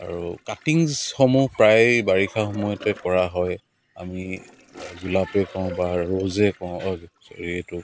আৰু কাটিংছ সমূহ প্ৰায় বাৰিষা সময়তে কৰা হয় আমি গোলাপেই কওঁ বা ৰ'জেই কওঁ ছ'ৰি এইটো